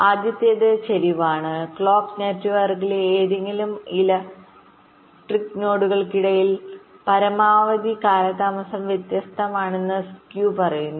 ആദ്യത്തേത് ചരിവാണ് ക്ലോക്ക് നെറ്റ്വർക്കിലെ ഏതെങ്കിലും ഇല നോഡുകൾക്കിടയിൽ പരമാവധി കാലതാമസം വ്യത്യസ്തമാണെന്ന് സ്ക്യൂ പറയുന്നു